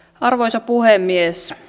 arvoisa puhemies